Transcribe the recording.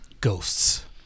Ghosts